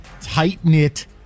tight-knit